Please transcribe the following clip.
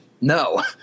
No